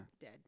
Dead